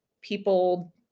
people